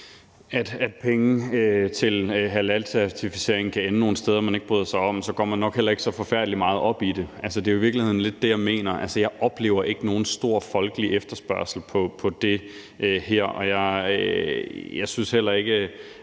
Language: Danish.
at penge til halalcertificering kan ende nogle steder, man ikke bryder sig om, så går man nok heller ikke så forfærdelig meget op i det. Det er jo virkeligheden lidt det, jeg mener. Altså, jeg oplever ikke nogen stor folkelig efterspørgsel på det her, og jeg synes heller ikke,